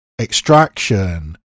Extraction